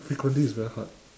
frequently it's very hard